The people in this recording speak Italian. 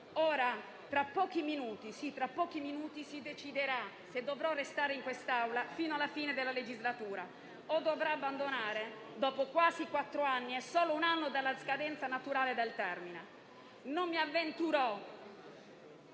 sì, tra pochi minuti, si deciderà se dovrò restare in quest'Aula fino alla fine della legislatura o dovrò abbandonarla dopo quasi quattro anni e solo ad un anno dalla scadenza naturale del termine. Non mi avventuro